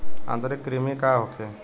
आंतरिक कृमि का होखे?